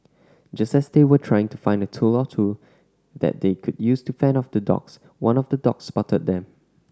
just as they were trying to find a tool or two that they could use to fend off the dogs one of the dogs spotted them